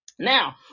Now